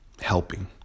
helping